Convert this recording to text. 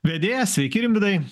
vedėjas sveiki rimvydai